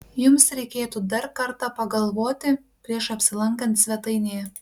jums reikėtų dar kartą pagalvoti prieš apsilankant svetainėje